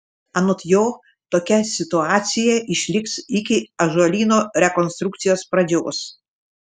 anot jo tokia situacija išliks iki ąžuolyno rekonstrukcijos pradžios